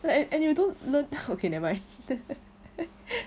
a~ and you don't learn okay never mind